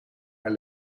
haar